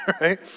Right